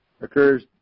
occurs